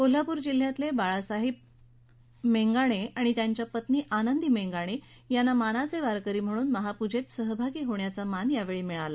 कोल्हापूर जिल्ह्यातले बाळासाहेब हरिभाऊ मेंगाणे आणि त्यांच्या पत्नी आनंदी मेंगाणे यांना मानाचे वारकरी म्हणून महापूजेत सहभागी होण्याचा मान मिळाला